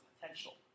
potential